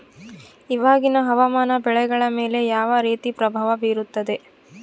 ಇವಾಗಿನ ಹವಾಮಾನ ಬೆಳೆಗಳ ಮೇಲೆ ಯಾವ ರೇತಿ ಪ್ರಭಾವ ಬೇರುತ್ತದೆ?